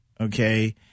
okay